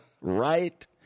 right